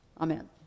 Amen